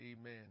amen